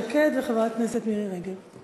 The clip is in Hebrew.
חברת הכנסת איילת שקד וחברת הכנסת מירי רגב.